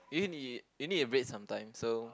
you need a bed sometime so